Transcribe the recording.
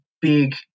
big